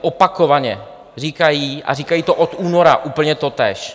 Opakovaně to říkají a říkají to od února úplně totéž.